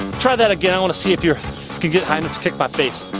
try that again, i want to see if you can get high enough to kick my face.